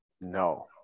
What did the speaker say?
No